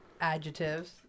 Adjectives